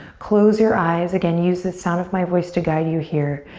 close your eyes. again, use the sound of my voice to guide you here.